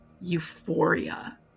euphoria